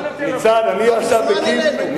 אתה מוזמן אלינו.